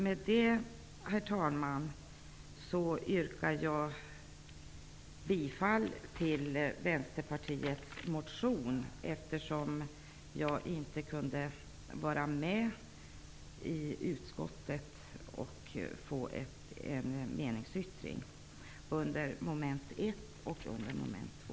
Med detta, herr talman, yrkar jag bifall till Vänsterpartiets motion, eftersom jag inte kunde delta i utskottets behandling och få en meningsyttring införd under mom. 1 och 2.